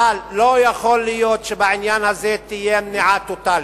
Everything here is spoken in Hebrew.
אבל לא יכול להיות שבעניין הזה תהיה מניעה טוטלית.